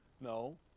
No